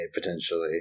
potentially